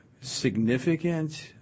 significant